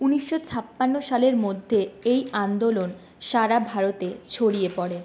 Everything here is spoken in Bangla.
উনিশশো ছাপ্পান্ন সালের মধ্যে এই আন্দোলন সারা ভারতে ছড়িয়ে পড়ে